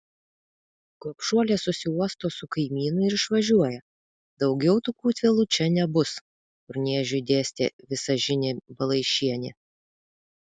gobšuolė susiuosto su kaimynu ir išvažiuoja daugiau tų kūtvėlų čia nebus urniežiui dėstė visažinė balaišienė